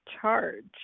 charge